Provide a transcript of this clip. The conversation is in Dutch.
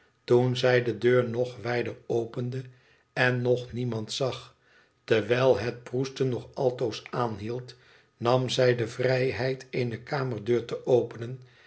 toen zij de deur nog wijder opende en nog niemand zag terwijl het proesten nog altoos aanhield nam zij de vrijheid eene kamerdeur te openen